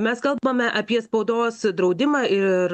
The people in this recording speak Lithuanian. mes kalbame apie spaudos draudimą ir